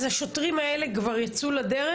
אז השוטרים האלה כבר יצאו לדרך?